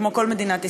כמו כל מדינת ישראל,